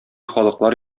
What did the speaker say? халыклар